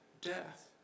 death